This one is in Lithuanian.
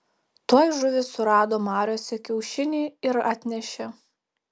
tuoj žuvys surado mariose kiaušinį ir atnešė